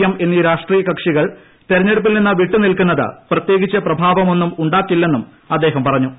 M എന്നീ രാഷ്ട്രീയ കക്ഷികൾ തെരഞ്ഞെടുപ്പിൽ നിന്ന് വിട്ടു നിൽക്കുന്നത് പ്രത്യേകിച്ച് പ്രഭാവമൊന്നും ഉണ്ടാക്കില്ലെന്നും അദ്ദേഹം പറഞ്ഞു